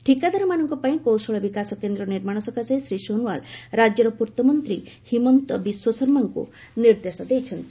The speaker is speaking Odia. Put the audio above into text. ଠିକାଦାରମାନଙ୍କ ପାଇଁ କୌଶଳ ବିକାଶ କେନ୍ଦ୍ର ନିର୍ମାଣ ସକାଶେ ଶ୍ରୀ ସୋନୱାଲ ରାଜ୍ୟର ପୂର୍ତ୍ତମନ୍ତ୍ରୀ ହିମନ୍ତ ବିଶ୍ୱଶର୍ମାଙ୍କୁ ନିର୍ଦ୍ଦେଶ ଦେଇଛନ୍ତି